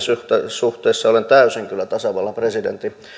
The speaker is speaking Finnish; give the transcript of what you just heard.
suhteessa olen kyllä täysin tasavallan presidentin